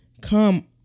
Come